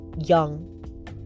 young